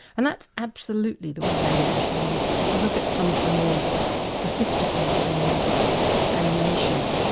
and that's absolutely the way animation works. if you look at some of the more sophisticated end of animation,